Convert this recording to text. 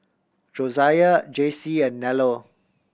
Josiah Jaycee and Nello